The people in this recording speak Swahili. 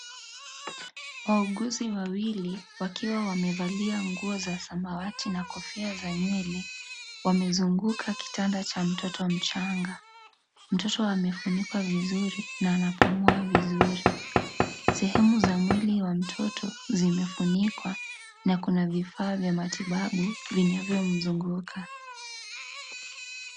Wauguzi wawili wakiwa wamevalia nguo za samawati na Kofia za nywele . Wamezunguka kitanda cha mtoto mchanga, mtoto amefunikwa vizuri na anapumua vizuri. Sehemu za mwili ya mtoto zimefukwa na kuna vifaa vya matibabu vinavyomzunguka.